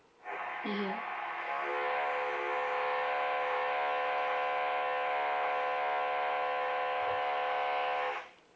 mmhmm